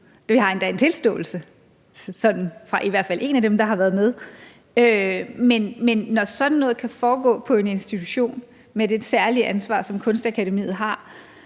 vi har endda en tilståelse fra i hvert fald en af dem, der har været med. Men når sådan noget kan foregå på en institution med det særlige ansvar, som Kunstakademiet har,